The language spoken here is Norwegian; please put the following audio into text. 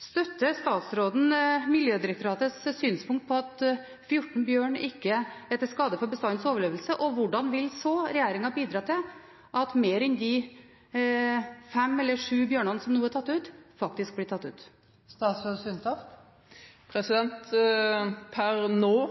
Støtter statsråden Miljødirektoratets synspunkt om at 14 bjørner ikke er til skade for bestandens overlevelse? Og hvordan vil så regjeringen bidra til at mer enn de fem eller sju bjørnene som nå er tatt ut, faktisk bli tatt ut? Per nå